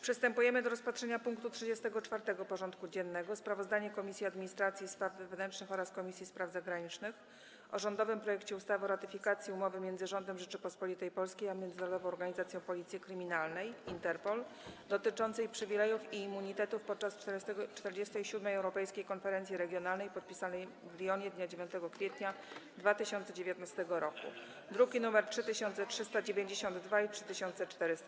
Przystępujemy do rozpatrzenia punktu 34. porządku dziennego: Sprawozdanie Komisji Administracji i Spraw Wewnętrznych oraz Komisji Spraw Zagranicznych o rządowym projekcie ustawy o ratyfikacji Umowy między Rządem Rzeczypospolitej Polskiej a Międzynarodową Organizacją Policji Kryminalnej - Interpol dotyczącej przywilejów i immunitetów podczas 47. Europejskiej Konferencji Regionalnej, podpisanej w Lyonie dnia 9 kwietnia 2019 r. (druki nr 3392 i 3400)